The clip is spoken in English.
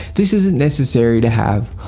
this isn't necessary to have.